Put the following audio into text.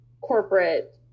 corporate